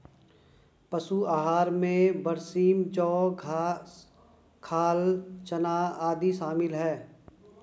पशु आहार में बरसीम जौं घास खाल चना आदि शामिल है